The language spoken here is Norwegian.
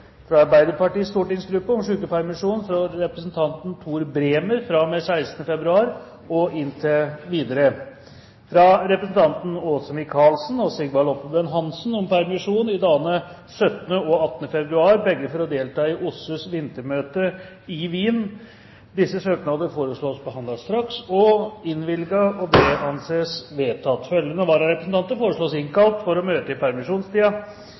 fra Arbeiderpartiets stortingsgruppe om sykepermisjon for representanten Tor Bremer fra og med 16. februar og inntil videre fra representantene Åse Michaelsen og Sigvald Oppebøen Hansen om permisjon i dagene 17. og 18. februar – begge for å delta i OSSEs vintermøte i Wien Etter forslag fra presidenten ble enstemmig besluttet: Søknadene behandles straks og innvilges. Følgende vararepresentanter innkalles for å møte i